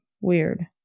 Weird